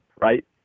right